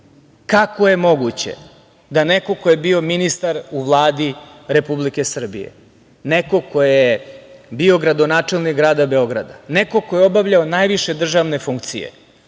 kako je moguće da neko ko je bio ministar u Vladi Republike Srbije, neko ko je bio gradonačelnik grada Beograda, neko ko je obavljao najviše državne funkcije